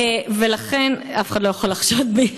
אף אחד לא יכול לחשוד בי.